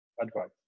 advice